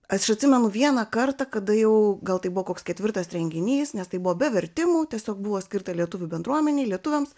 aš atsimenu vieną kartą kada jau gal tai buvo koks ketvirtas renginys nes tai buvo be vertimų tiesiog buvo skirta lietuvių bendruomenei lietuviams